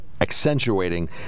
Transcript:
accentuating